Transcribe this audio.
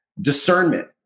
discernment